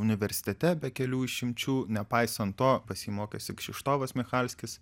universitete be kelių išimčių nepaisant to pas jį mokėsi kšištovas michalskis